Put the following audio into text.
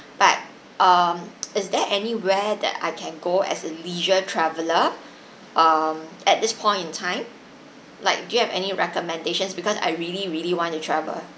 but um is there anywhere that I can go as a leisure traveller um at this point in time like do you have any recommendations because I really really want to travel